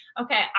okay